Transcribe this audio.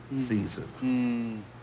season